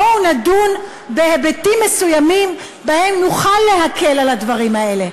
בואו נדון בהיבטים מסוימים שבהם נוכל להקל בדברים האלה.